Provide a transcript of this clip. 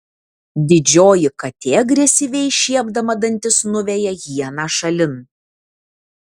didžioji katė agresyviai šiepdama dantis nuveja hieną šalin